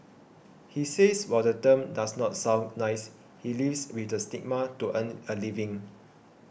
he says while the term does not sound nice he lives with the stigma to earn a living